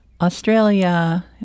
Australia